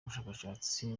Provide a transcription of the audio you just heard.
ubushakashatsi